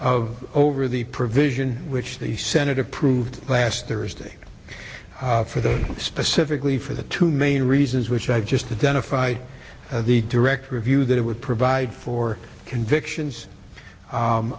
of over the provision which the senate approved last thursday for the specifically for the two main reasons which i've just done if i the director review that it would provide for convictions